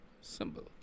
symbol